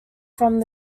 from